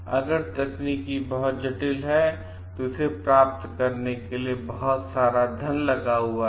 अगर तकनीक बहुत जटिल है तो इसे प्राप्त करने के लिए बहुत सारा धन लगा है